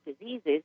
diseases